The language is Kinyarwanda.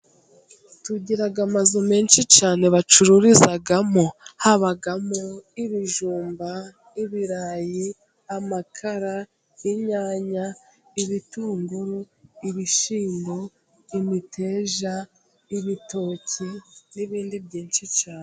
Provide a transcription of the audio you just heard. Tugira amazu menshi cyane bacururizamo. Habamo ibijumba n'ibirayi, amakara, inyanya, ibitunguru, ibishyimbo, imiteja, ibitoki, n'ibindi byinshi cYane.